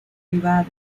privada